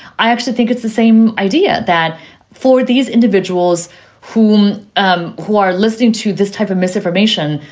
i actually think it's the same idea that for these individuals whom um who are listening to this type of misinformation,